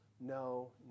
no